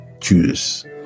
choose